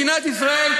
מדינת ישראל,